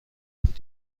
بود